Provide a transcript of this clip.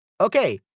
Okay